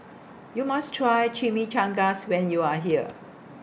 YOU must Try Chimichangas when YOU Are here